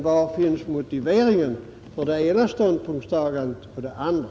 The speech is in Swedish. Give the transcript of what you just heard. Var finns motiveringen för det ena ståndpunktstagandet och för det andra?